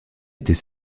était